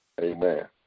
Amen